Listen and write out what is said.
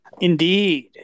indeed